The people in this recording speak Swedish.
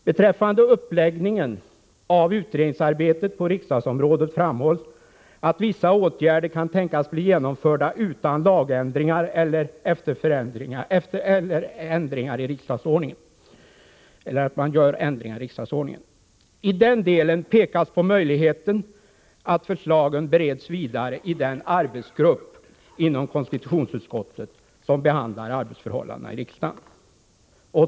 Beträffande uppläggningen av utredningsarbetet på riksdagsområdet framhålls, att vissa åtgärder kan tänkas bli genomförda utan lagändringar eller efter ändringar i riksdagsordningen. I den delen pekas på möjligheten att förslagen bereds vidare i den arbetsgrupp inom konstitutionsutskottet som behandlar arbetsförhållandena i riksdagen.